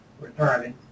returning